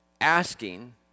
asking